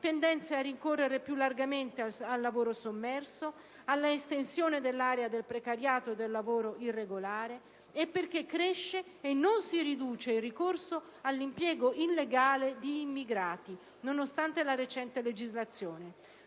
tendenza a ricorrere più largamente al lavoro sommerso, all'estensione dell'area del precariato e del lavoro irregolare, e perché cresce e non si riduce il ricorso all'impiego illegale di immigrati, nonostante la recente legislazione.